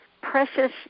precious